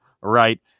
right